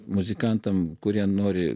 muzikantams kurie nori